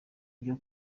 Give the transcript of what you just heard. byo